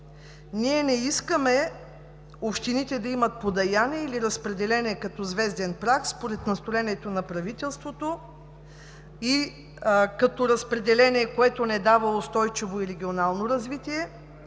Ние не искаме общините да имат подаяния или разпределение като звезден прах според настроението на правителството и като разпределение, което не дава устойчиво и регионално развитие,